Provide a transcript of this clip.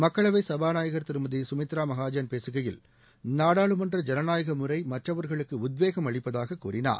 மக்களவை சபாநாயகர் திருமதி சுமித்ரா மகாஜன் பேசுகையில் நாடாளுமன்ற முறை மற்றவர்களுக்கு உத்வேகம் அளிப்பதாக கூறினார்